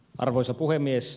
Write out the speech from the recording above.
arvoisa puhemies